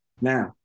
Now